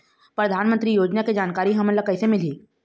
परधानमंतरी योजना के जानकारी हमन ल कइसे मिलही?